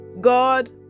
God